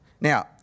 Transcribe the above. now